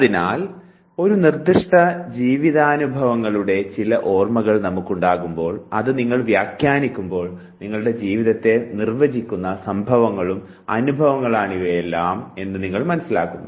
അതിനാൽ ഒരു നിർദ്ദിഷ്ട ജീവിതാനുഭവങ്ങളുടെ ചില ഓർമ്മകൾ നമുക്ക് ഉണ്ടാകുമ്പോൾ അത് നിങ്ങൾ വ്യാഖ്യാനിക്കുമ്പോൾ നിങ്ങളുടെ ജീവിതത്തെ നിർവചിക്കുന്ന സംഭവങ്ങളും അനുഭവങ്ങളുമാണിവയെല്ലാം എന്ന് നിങ്ങൾക്ക് മനസ്സിലാകുന്നു